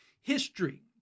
History